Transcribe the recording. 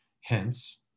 Hence